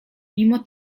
mimo